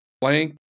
blank